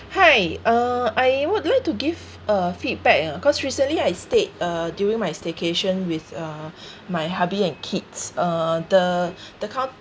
hi uh I would like to give a feedback ah cause recently I stayed uh during my staycation with uh my hubby and kids uh the the count